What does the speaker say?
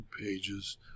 pages